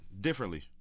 differently